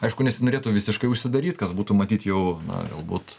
aišku nesinorėtų visiškai užsidaryt kas būtų matyt jau na galbūt